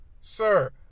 Sir